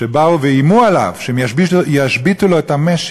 שבאו ואיימו עליו שהם ישביתו לו את המשק.